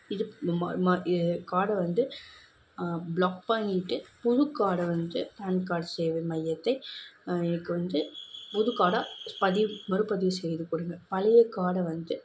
இது ம ம கார்டை வந்து ப்ளாக் பண்ணிட்டு புது கார்டை வந்து பேன் கார்ட் சேவை மையத்தை எனக்கு வந்து புது கார்டா பதிவு மறுபதிவு செய்து கொடுங்க பழைய கார்டை வந்து